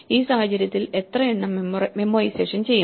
ഈ സാഹചര്യത്തിൽ എത്ര എണ്ണം മെമ്മോഐസേഷൻ ചെയ്യും